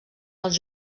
als